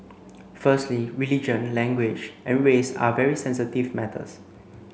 firstly religion language and race are very sensitive matters